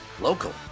local